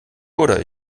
oder